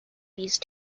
these